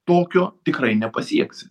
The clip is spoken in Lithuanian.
tokio tikrai nepasieksi